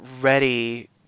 ready